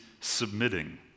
submitting